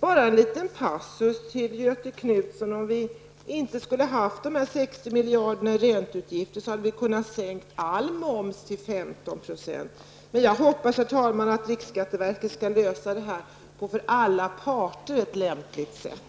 Bara en liten passus till Göthe Knutson: Om vi inte skulle ha haft dessa 60 miljarder i ränteutgifter, så hade vi kunnat sänka all moms till 15 %. Men jag hoppas, herr talman, att riksskatteverket skall lösa det här problemet på ett för alla parter lämpligt sätt.